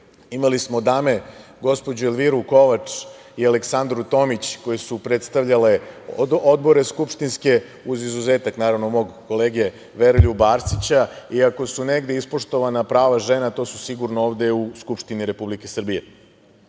imali smo dame, gospođu Elviru Kovač i Aleksandru Tomić, koje su predstavljale odbore skupštinske uz izuzetak, naravno, mog kolege Veroljuba Arsića, i ako su negde ispoštovana prava žena, to su sigurno ovde u Skupštini Republike Srbije. Na